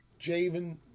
Javen